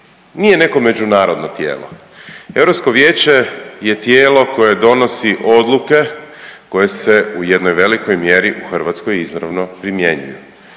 nije neko međunarodno tijelo, Europsko vijeće je tijelo koje donosi odluke koje se u jednoj velikoj mjeri u Hrvatskoj izravno primjenjuju.